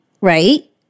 right